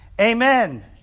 Amen